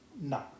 No